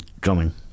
drumming